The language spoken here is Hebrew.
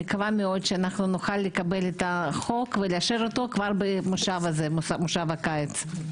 אני מקווה מאוד שנוכל לקבל את החוק ולאשר אותו כבר במושב הקיץ הזה.